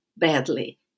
badly